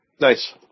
Nice